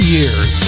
Years